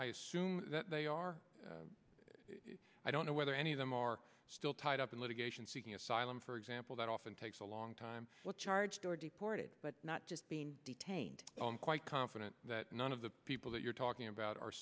i assume that they are i don't know whether any of them are still tied up in litigation seeking asylum for example that often takes a long time but charged or deported but not just being detained on quite confident that none of the people that you're talking about are